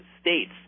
states